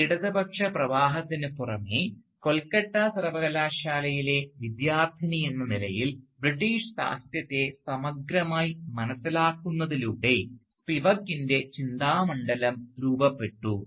ഈ ഇടതുപക്ഷ പ്രവാഹത്തിനു പുറമെ കൊൽക്കത്ത സർവകലാശാലയിലെ വിദ്യാർത്ഥിനിയെന്ന നിലയിൽ ബ്രിട്ടീഷ് സാഹിത്യത്തെ സമഗ്രമായി മനസ്സിലാക്കുന്നതിലൂടെ സ്പിവക്കിൻറെ ചിന്താമണ്ഡലം രൂപപ്പെട്ടു